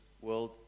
world